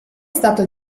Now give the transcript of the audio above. stato